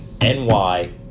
NY